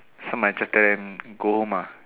some might threaten them go home meh